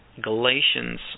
Galatians